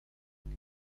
vous